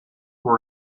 were